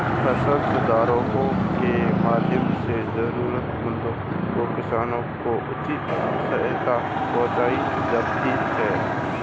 फसल सर्वेक्षण के माध्यम से जरूरतमंद किसानों को उचित सहायता पहुंचायी जाती है